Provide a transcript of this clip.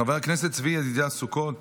חבר הכנסת צבי ידידיה סוכות,